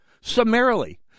summarily